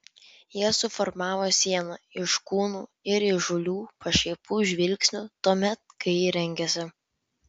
jie suformavo sieną iš kūnų ir įžūlių pašaipių žvilgsnių tuomet kai ji rengėsi